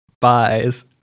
buys